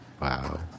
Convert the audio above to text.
Wow